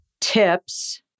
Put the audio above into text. tips